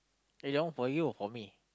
eh that one for you or for me